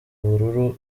bururu